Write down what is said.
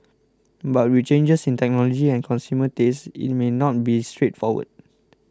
but with changes in technology and consumer tastes it may not be straightforward